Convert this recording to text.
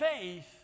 faith